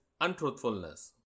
untruthfulness